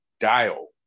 dial